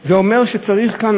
זה אומר שצריך כאן,